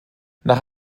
nach